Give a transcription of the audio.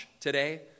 today